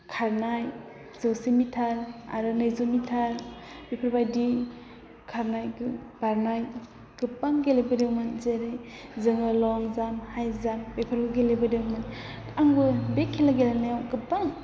खारनाय जौसे मिटार आरो नैजौ मिटार बेफोरबायदि खारनाय बारनाय गोबां गेलेबोदोंमोन जेरै जोङो लं जाम्प हाइ जाम्प बेफोरखौ गेलेबोदोंमोन आंबो बे खेला गेलेनायाव गोबां